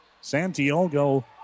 Santiago